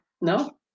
No